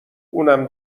اونم